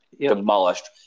demolished